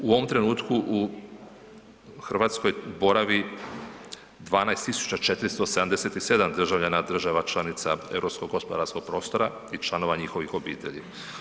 U ovom trenutku u Hrvatskoj boravi 12 477 državljana država članica europskog gospodarskog prostora i članova njihovih obitelji.